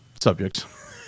subjects